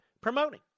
promoting